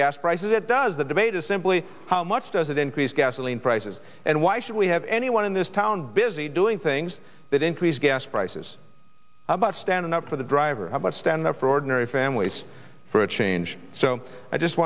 gas prices it does the debate is simply how much does it increase gasoline prices and why should we have anyone in this town busy doing things that increase gas prices about standing up for the driver have to stand up for ordinary families for a change so i just